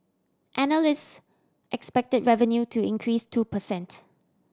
analysts expect revenue to increase two per cent